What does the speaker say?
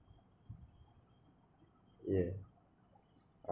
yeah